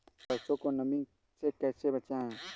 सरसो को नमी से कैसे बचाएं?